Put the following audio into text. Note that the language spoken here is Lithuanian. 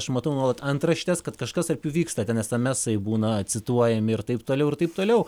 aš matau nuolat antraštės kad kažkas tarp jų vyksta ten esemesai būna cituojami ir taip toliau ir taip toliau